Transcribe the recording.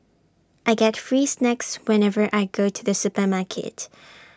I get free snacks whenever I go to the supermarket